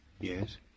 Yes